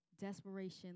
Desperation